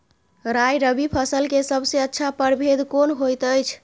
राय रबि फसल के सबसे अच्छा परभेद कोन होयत अछि?